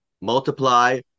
multiply